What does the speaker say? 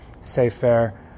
Sefer